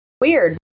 weird